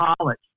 college